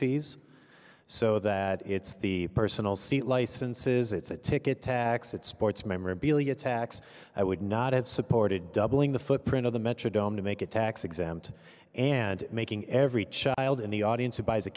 fees so that it's the personal seat licenses it's a ticket tax that sports memorabilia tax i would not have supported doubling the footprint of the metrodome to make it tax exempt and making every child in the audience who buys a